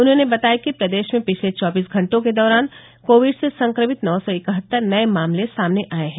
उन्होंने बताया कि प्रदेश में पिछले चौबीस घंटों के दौरान कोविड से संक्रमित नौ सौ इकहत्तर नये मामले सामने आये हैं